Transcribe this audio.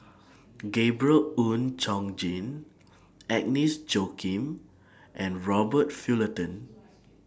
Gabriel Oon Chong Jin Agnes Joaquim and Robert Fullerton